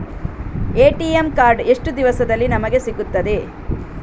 ATM card ಎಷ್ಟು ದಿವಸದಲ್ಲಿ ನಮಗೆ ಸಿಗುತ್ತದೆ?